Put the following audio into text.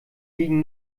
liegen